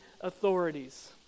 authorities